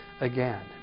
Again